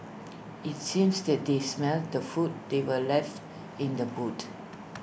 it's seems that they smelt the food they were left in the boot